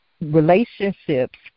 Relationships